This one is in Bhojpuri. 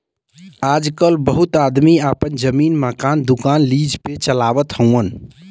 आजकल बहुत आदमी आपन जमीन, मकान, दुकान लीज पे चलावत हउअन